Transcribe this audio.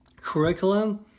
curriculum